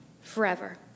forever